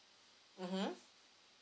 mmhmm